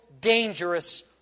dangerous